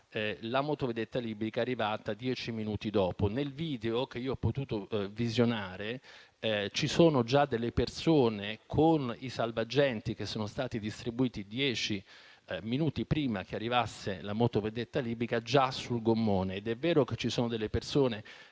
la motovedetta libica è arrivata dieci minuti dopo. Nel video che ho potuto visionare ci sono delle persone con i salvagenti che sono stati distribuiti, dieci minuti prima che arrivasse la motovedetta libica, già sul gommone, ed è vero che ci sono delle persone